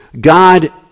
God